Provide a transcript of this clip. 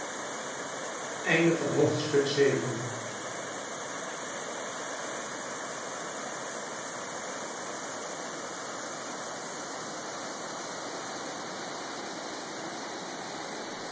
jodendom van het